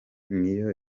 niyo